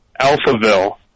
Alphaville